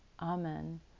Amen